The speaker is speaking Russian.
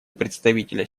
представителя